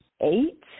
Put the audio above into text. Eight